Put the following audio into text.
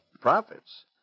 profits